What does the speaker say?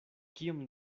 kiom